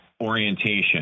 orientation